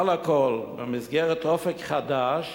מעל הכול, במסגרת "אופק חדש"